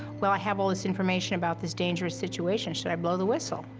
well, i have all this information about this dangerous situation. should i blow the whistle?